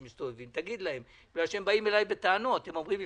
בגלל שהם באים אליי בטענות ואומרים,